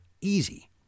easy